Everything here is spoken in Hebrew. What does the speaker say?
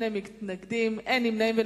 נגד, 2, ואין נמנעים.